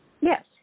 Yes